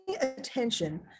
attention